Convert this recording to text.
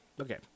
Okay